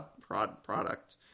product